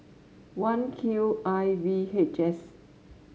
one Q I V H S